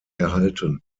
erhalten